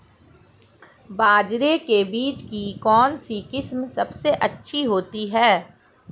बाजरे के बीज की कौनसी किस्म सबसे अच्छी होती है?